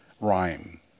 rhyme